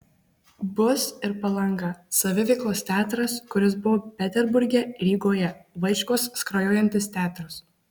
bus ir palanga saviveiklos teatras kuris buvo peterburge rygoje vaičkaus skrajojantis teatras